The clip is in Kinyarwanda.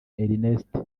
ernest